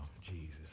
Jesus